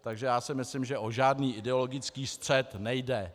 Takže já si myslím, že o žádný ideologický střet nejde.